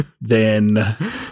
then-